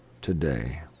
today